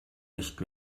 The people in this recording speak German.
nicht